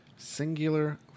Singular